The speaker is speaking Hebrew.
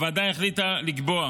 הוועדה החליטה לקבוע